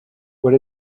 what